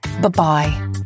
Bye-bye